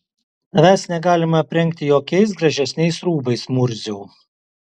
tavęs negalima aprengti jokiais gražesniais rūbais murziau